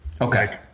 Okay